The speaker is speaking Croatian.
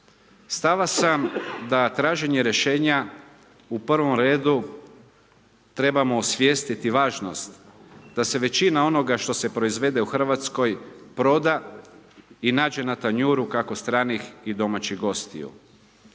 Stava sam da traženje rješenja u prvom redu trebamo osvijestiti važnost da se većina onoga što se proizvede u Hrvatskoj proda i nađe na tanjuru kako stranih i domaćih gostiju.